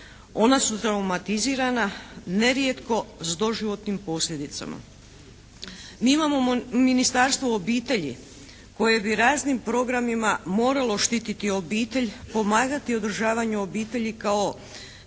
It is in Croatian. Ona su traumatizirana nerijetko s doživotnim posljedicama. Mi imamo Ministarstvo obitelji koje bi raznim programima moralo štititi obitelj, pomagati održavanju obitelji kao